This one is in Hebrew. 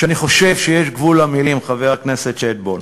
אני חושב שיש גבול למילים, חבר הכנסת שטבון.